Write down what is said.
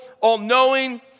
all-knowing